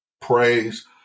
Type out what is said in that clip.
praise